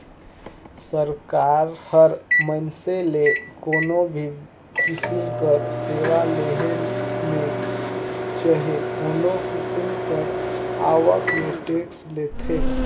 सरकार ह मइनसे ले कोनो भी किसिम कर सेवा लेहे में चहे कोनो किसिम कर आवक में टेक्स लेथे